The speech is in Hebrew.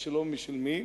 משלו, משל מי?